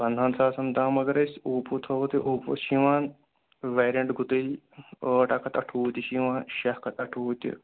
پنٛدہن ساسَن تام اگر أسۍ اوپو تھاوو تۄہہِ اوپو چھُ یِوان ویرینٛٹ گُتٕلۍ ٲٹھ اکھ ہَتھ اَٹھووُہ تہِ چھِ یِوان شےٚ اکھ ہَتھ اٹھووُہ تہِ